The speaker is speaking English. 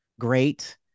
great